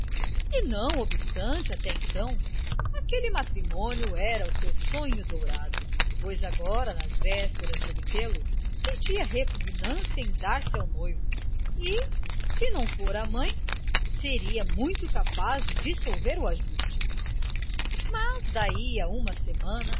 não obstante até então aquele matrimônio era o seu sonho dourado pois agora nas vésperas de obtê lo sentia repugnância em dar-se ao noivo e se não fora a mãe seria muito capaz de dissolver o ajuste mas daí a uma semana